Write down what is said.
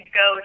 go